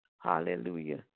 Hallelujah